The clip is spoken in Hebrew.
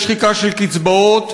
יש שחיקה של קצבאות,